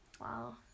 Wow